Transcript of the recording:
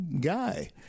guy